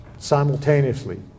simultaneously